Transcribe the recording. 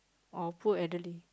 or poor elderly